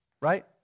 Right